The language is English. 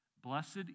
Blessed